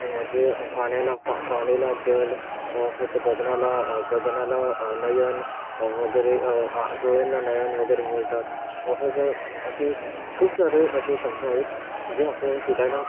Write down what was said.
म्हणजे पाण्याला पा पाणीला जल वापस गगनाला गगनाला नयन वगैरे आ डोळ्यांना नयन वगैरे बोलतात वापस अशी खूप सारे असे शब्द आहेत जे आपल्याला शिकायला